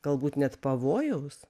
galbūt net pavojaus